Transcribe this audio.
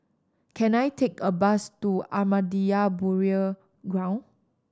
can I take a bus to Ahmadiyya Burial Ground